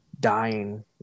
dying